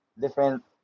different